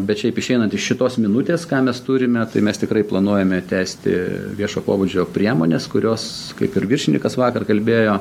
bet šiaip išeinant iš šitos minutės ką mes turime tai mes tikrai planuojame tęsti viešo pobūdžio priemones kurios kaip ir viršininkas vakar kalbėjo